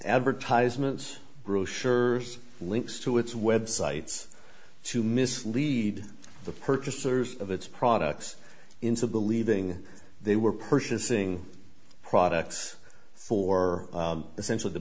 advertisements brochures links to its websites to mislead the purchasers of its products into believing they were purchasing products for essentially the